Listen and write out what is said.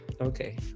okay